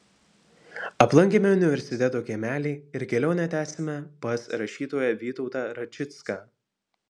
aplankėme universiteto kiemelį ir kelionę tęsėme pas rašytoją vytautą račicką